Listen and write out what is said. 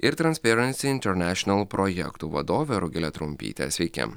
ir transpieransi internešenal projektų vadovė rugilė trumpytė sveiki